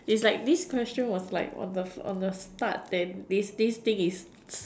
is like this question was like on the on the start than this this thing is